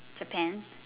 Japan